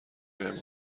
بهم